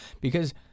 because-